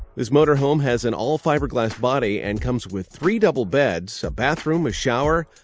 this motorhome has an all fiberglass body and comes with three double beds, a bathroom, a shower,